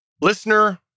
listener